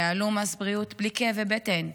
יעלו מס בריאות בלי כאבי בטן.